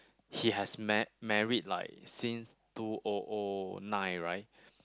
he has marr~ married like since two O O nine right